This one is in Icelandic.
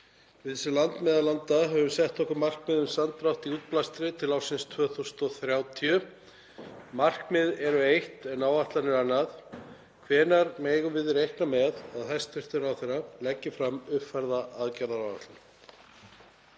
Við sem land meðal landa höfum sett okkur markmið um samdrátt í útblæstri til ársins 2030. Markmið eru eitt en áætlanir annað. Hvenær megum við reikna með að hæstv. ráðherra leggi fram uppfærða aðgerðaáætlun?